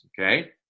Okay